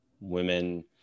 Women